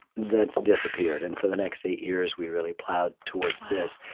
that's disappeared. and for the next eight years, we really plowed towards this